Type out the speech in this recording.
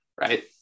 right